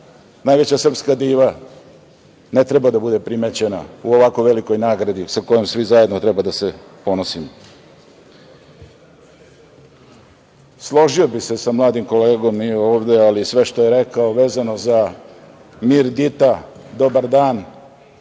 najveća srpska diva ne treba da bude primećena u ovako velikoj nagradi sa kojom svi zajedno treba da se ponosimo. Složio bih se sa mladim kolegom, nije ovde, ali sve što je rekao vezano za „Mirdita - dobar dan“,